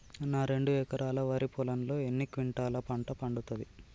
నా రెండు ఎకరాల వరి పొలంలో ఎన్ని క్వింటాలా పంట పండుతది?